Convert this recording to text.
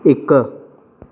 इक